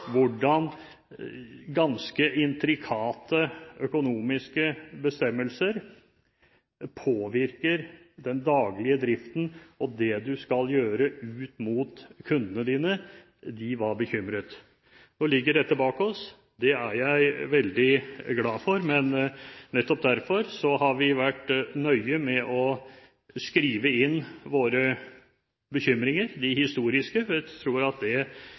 hvordan ganske intrikate økonomiske bestemmelser påvirker den daglige driften og det du skal gjøre overfor kundene dine, var bekymret. Nå ligger dette bak oss, og det er jeg veldig glad for, men nettopp derfor har vi vært nøye med å skrive inn våre historiske bekymringer.